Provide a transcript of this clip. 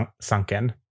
sunken